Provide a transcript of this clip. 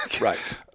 right